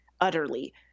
utterly